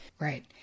Right